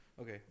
Okay